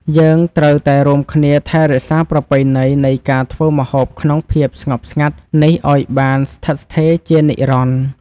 យើងត្រូវតែរួមគ្នាថែរក្សាប្រពៃណីនៃការធ្វើម្ហូបក្នុងភាពស្ងប់ស្ងាត់នេះឱ្យបានស្ថិតស្ថេរជានិរន្តរ៍។